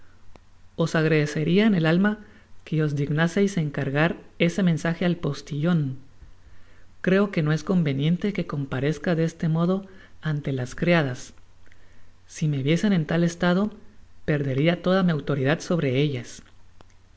os agradeceria en el alma que os dignaseis encargar es e mensaje al postillon creo que no es conveniente que comparezca de este modo ante las criadas si me viesen en tal estado perderia toda mi autoridad sobre ellas